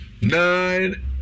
nine